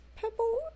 purple